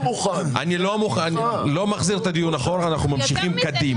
אנחנו ממשיכים קדימה.